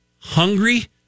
hungry